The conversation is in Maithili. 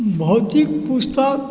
भौतिक पुस्तक